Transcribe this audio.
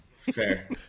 Fair